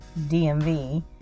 DMV